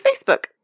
Facebook